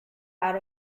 out